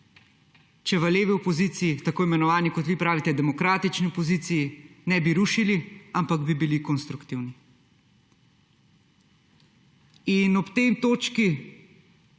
če v levi opoziciji – tako imenovani, kot vi pravite, demokratični opoziciji – ne bi rušili, ampak bi bili konstruktivni.